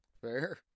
Fair